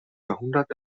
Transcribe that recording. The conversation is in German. jahrhundert